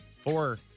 four